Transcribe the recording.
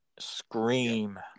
Scream